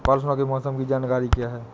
परसों के मौसम की जानकारी क्या है?